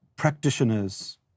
practitioners